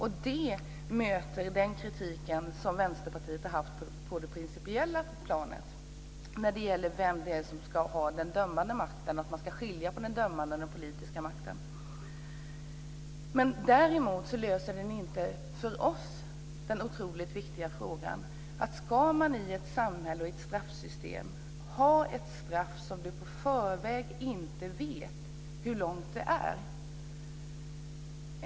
Det möter den kritik som Vänsterpartiet har haft på det principiella planet när det gäller vem som ska ha den dömande makten och att man ska skilja på den dömande makten och den politiska makten. Däremot löser inte detta den för oss otroligt viktiga frågan om man i ett samhälle och i ett straffsystem ska ha ett straff som man i förväg inte vet hur långt det är.